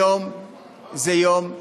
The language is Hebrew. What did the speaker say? היום זה יום,